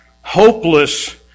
hopeless